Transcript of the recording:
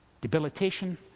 debilitation